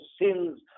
sins